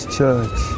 Church